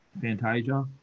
Fantasia